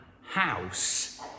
house